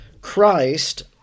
Christ